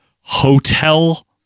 Hotel